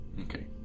Okay